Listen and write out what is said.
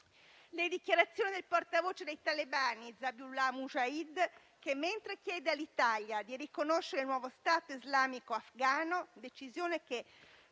Le dichiarazioni del portavoce dei talebani, Zabiullah Mujahid, che, mentre chiede all'Italia di riconoscere il nuovo Stato islamico afghano (decisione che,